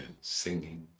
singing